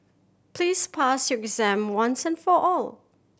please pass your exam once and for all